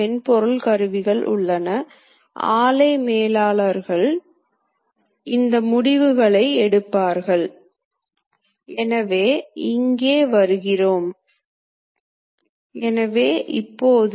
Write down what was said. எனவே குறைக்கப்பட்ட அமைவு நேரம் தானியங்கி கருவி மாற்றம் உள்ளார்ந்த பொருள் கையாளுதல் காரணமாக உற்பத்தித்திறன் மிகவும் மேம்பட்டது